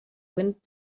wind